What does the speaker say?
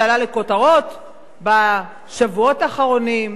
שעלה לכותרות בשבועות האחרונים,